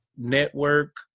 Network